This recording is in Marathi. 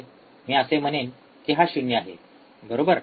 मी असे म्हणेन की हा ० आहे बरोबर